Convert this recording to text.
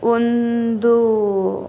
ಒಂದು